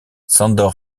sándor